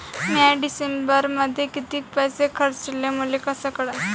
म्या डिसेंबरमध्ये कितीक पैसे खर्चले मले कस कळन?